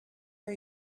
are